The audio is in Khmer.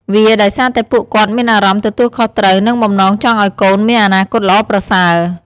វាដោយសារតែពួកគាត់មានអារម្មណ៍ទទួលខុសត្រូវ និងបំណងចង់ឲ្យកូនមានអនាគតល្អប្រសើរ។